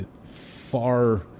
far